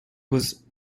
was